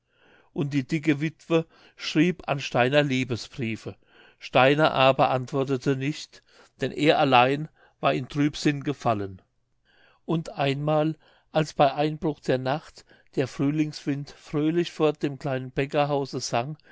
und die dicke witwe schrieb an steiner liebesbriefe steiner aber antwortete nicht denn er allein war in trübsinn gefallen und einmal als bei einbruch der nacht der frühlingswind fröhlich vor dem kleinen bäckerhause sang